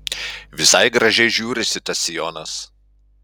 visai gražiai žiūrisi tas sijonas